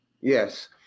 Yes